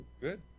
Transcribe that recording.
Good